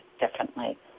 differently